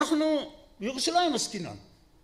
אנחנו... ירושלים מסכימה